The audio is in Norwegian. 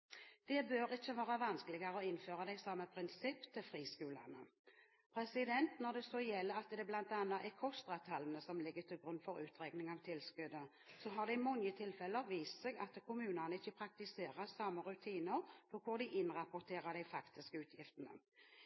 Det bør ikke være vanskeligere å innføre det samme prinsipp til friskolene. Når det så er gjeldende at det bl.a. er KOSTRA-tallene som ligger til grunn for utregning av tilskuddet, har det i mange tilfeller vist seg at kommunene ikke praktiserer samme rutiner for hvor de innrapporterer de faktiske utgiftene.